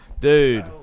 Dude